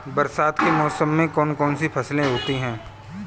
बरसात के मौसम में कौन कौन सी फसलें होती हैं?